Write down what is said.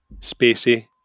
Spacey